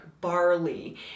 barley